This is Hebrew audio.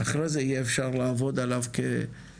ואחרי זה יהיה אפשר לעבוד עליו כפרויקט.